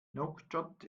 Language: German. nouakchott